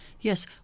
Yes